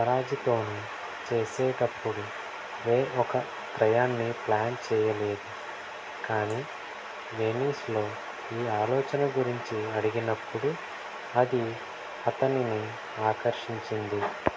పరాజితోను చేసేటప్పుడు రే ఒక త్రయాన్ని ప్లాన్ చెయ్యలేదు కానీ వెనీస్లో ఈ ఆలోచన గురించి అడిగినప్పుడు అది అతనిని ఆకర్షించింది